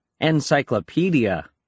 Encyclopedia